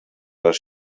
les